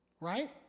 Right